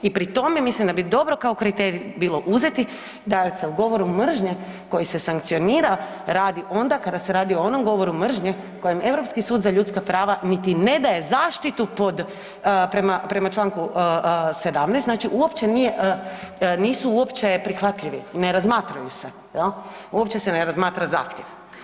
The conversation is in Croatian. I pri tome mislim da bi dobro kao kriterij bilo uzeti da se o govoru mržnje koji se sankcionira radi onda kada se radi o onom govoru mržnje kojem Europski sud za ljudska prava niti ne daje zaštitu prema članku 17. znači uopće nisu prihvatljivi, ne razmatraju se, uopće se ne razmatra zahtjev.